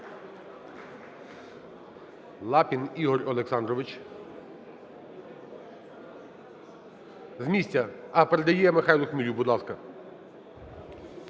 Лапін Ігор Олександрович. З місця. А, передає МихайлуХмілю. Будь ласка.